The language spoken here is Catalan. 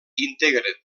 integra